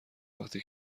وقتی